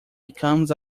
becomes